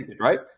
right